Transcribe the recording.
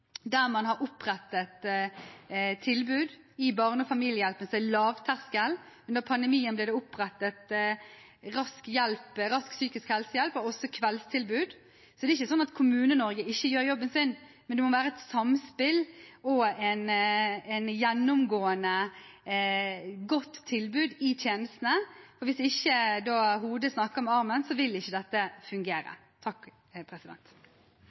der man har opprettet lavterskeltilbud i Barne- og familiehjelpen. Under pandemien ble det opprettet rask psykisk helsehjelp og også kveldstilbud. Det er ikke sånn at Kommune-Norge ikke gjør jobben sin, men det må være et samspill og et gjennomgående godt tilbud i tjenestene. Hvis ikke hodet snakker med armen, vil ikke dette fungere.